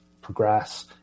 progress